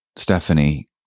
Stephanie